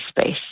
space